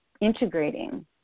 integrating